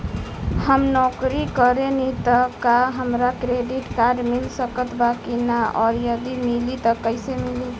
हम नौकरी करेनी त का हमरा क्रेडिट कार्ड मिल सकत बा की न और यदि मिली त कैसे मिली?